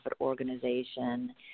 organization